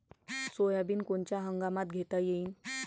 Soybean कोनच्या हंगामात घेता येईन?